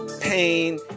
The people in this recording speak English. pain